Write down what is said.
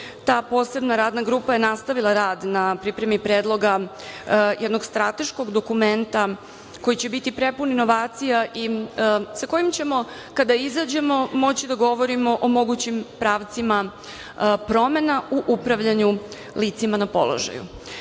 ta posebna radna grupa je nastavila rad na pripremi predloga jednog strateškog dokumenta koji će biti prepun inovacija i sa kojim ćemo, kada izađemo moći da govorimo o mogućim pravcima promena u upravljanju licima na položaju.